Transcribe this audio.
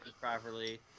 properly